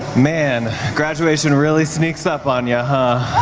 man, graduation really sneaks up on you, huh?